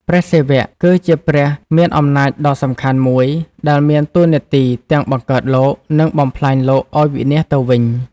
ព្រះសិវៈ គឺជាព្រះមានអំណាចដ៏សំខាន់មួយ ដែលមានតួនាទីទាំងបង្កើតលោក និងបំផ្លាញលោកឲ្យវិនាសទៅវិញ។